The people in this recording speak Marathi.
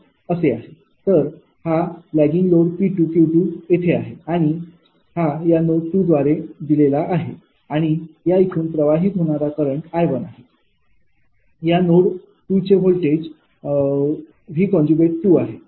तर हा लॅगिंग लोड 𝑃 आणि 𝑄 येथे आहे आणि हा या नोड 2 द्वारे दिलेला आहे आणि या इथून प्रवाहीत होणारा करंट I आहे आणि या नोड 2 चे व्होल्टेज V आहे